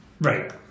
Right